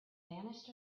vanished